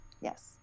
Yes